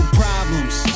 problems